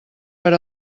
per